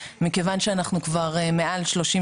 מכיוון שאנחנו כבר מעל 33